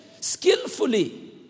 skillfully